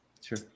Sure